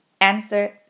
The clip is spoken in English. answer